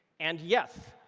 and yes,